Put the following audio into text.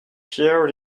pierre